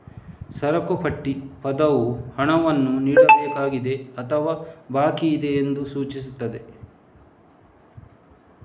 ಸರಕು ಪಟ್ಟಿ ಪದವು ಹಣವನ್ನು ನೀಡಬೇಕಾಗಿದೆ ಅಥವಾ ಬಾಕಿಯಿದೆ ಎಂದು ಸೂಚಿಸುತ್ತದೆ